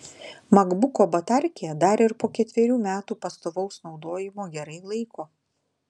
makbuko batarkė dar ir po ketverių metų pastovaus naudojimo gerai laiko